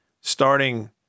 starting